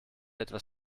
etwas